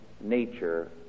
nature